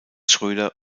schröder